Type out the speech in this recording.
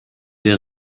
der